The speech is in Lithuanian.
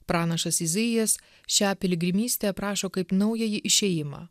pranašas izaijas šią piligrimystę aprašo kaip naująjį išėjimą